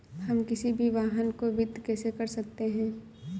हम किसी भी वाहन को वित्त कैसे कर सकते हैं?